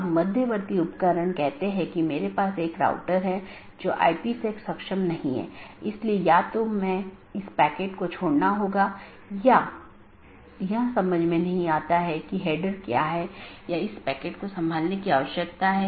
अब मैं कैसे एक मार्ग को परिभाषित करता हूं यह AS के एक सेट द्वारा परिभाषित किया गया है और AS को मार्ग मापदंडों के एक सेट द्वारा तथा गंतव्य जहां यह जाएगा द्वारा परिभाषित किया जाता है